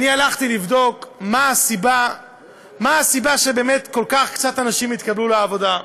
הלכתי לבדוק מה הסיבה לכך שבאמת כל כך קצת אנשים התקבלו לעבודה.